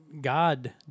God